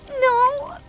No